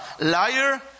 liar